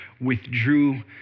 withdrew